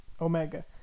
Omega